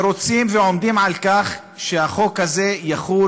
ורוצים ועומדים על כך שהחוק הזה יחול